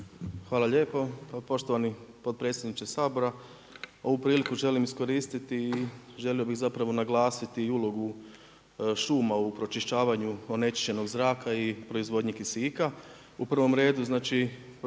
Hvala lijepo. Poštovani potpredsjedniče Sabora. Ovu priliku želim iskoristiti i želio bih zapravo naglasiti i ulogu šuma u pročišćavanju onečišćenog zraka i proizvodnje kisika. U prvom redu pročišćavanje